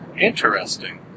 Interesting